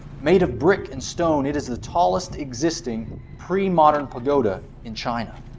made of brick and stone, it is the tallest existing pre-modern pagoda in china.